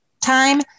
time